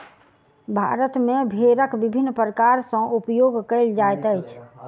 भारत मे भेड़क विभिन्न प्रकार सॅ उपयोग कयल जाइत अछि